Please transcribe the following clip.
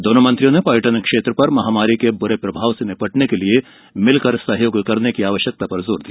दोनों मंत्रियों ने पर्यटन क्षेत्र पर महामारी के बुरे प्रभाव से निपटने के लिए मिलकर सहयोग करने की आवश्यकता पर जोर दिया